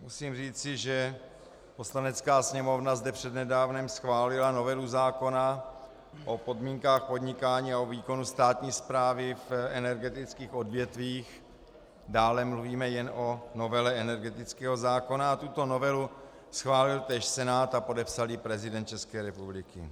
Musím říci, že Poslanecká sněmovna zde přednedávnem schválila novelu zákona o podmínkách podnikání a o výkonu státní správy v energetických odvětvích, dále mluvíme jen o novele energetického zákona, a tuto novelu schválil též Senát a podepsal ji prezident České republiky.